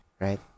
right